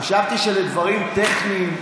חשבתי שאלה דברים טכניים,